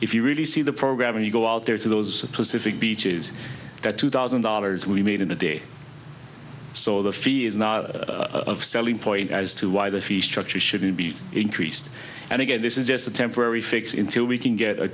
if you really see the program when you go out there to those pacific beaches that two thousand dollars we made in a day so the fee is not a selling point as to why the fee structure shouldn't be increased and again this is just a temporary fix in to we can get a